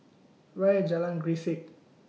Where IS Jalan Grisek